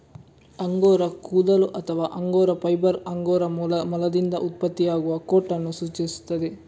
angora ಕೂದಲು ಅಥವಾ angora fibre angora ಮೊಲದಿಂದ ಉತ್ಪತ್ತಿಯಾಗುವ ಕೋಟ್ ಅನ್ನು ಸೂಚಿಸುತ್ತದೆ